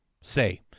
say